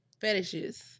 fetishes